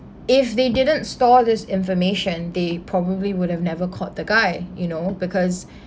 if they didn't store this information they probably would have never caught the guy you know because